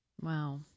Wow